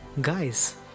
guys